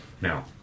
now